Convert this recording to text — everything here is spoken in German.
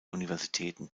universitäten